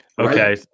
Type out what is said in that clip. Okay